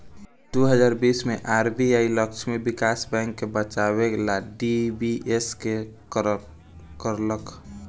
दू हज़ार बीस मे आर.बी.आई लक्ष्मी विकास बैंक के बचावे ला डी.बी.एस.के करलख